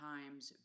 Times